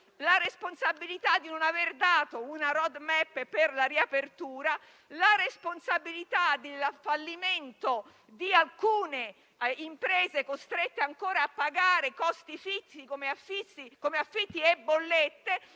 la responsabilità di non aver dato una *roadmap* per la riapertura; ci si assume la responsabilità del fallimento di alcune imprese, costrette ancora a pagare costi fissi come affitti e bollette.